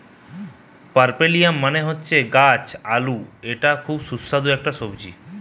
পার্পেলিয়াম মানে হচ্ছে গাছ আলু এটা খুব সুস্বাদু একটা সবজি